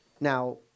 now